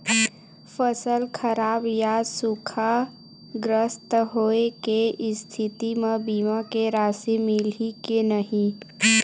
फसल खराब या सूखाग्रस्त होय के स्थिति म बीमा के राशि मिलही के नही?